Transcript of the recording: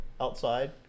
outside